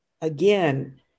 again